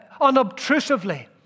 Unobtrusively